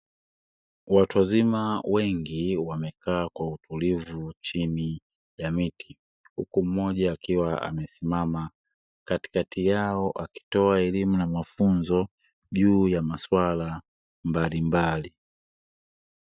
Watu wazima wengi wamekaa kwa utulivu chini ya miti. Huku mmoja akiwa amesimama katikati yao akitoa elimu na mafunzo juu ya masuala mbalimbali.